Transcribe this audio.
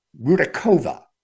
rudakova